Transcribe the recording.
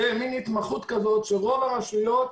זו התמחות שאין לרוב הרשויות.